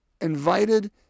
invited